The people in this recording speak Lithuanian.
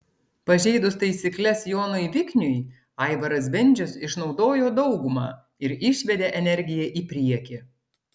pažeidus taisykles jonui vikniui aivaras bendžius išnaudojo daugumą ir išvedė energiją į priekį